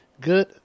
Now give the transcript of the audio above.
good